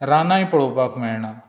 रानांय पळोवपाक मेळनात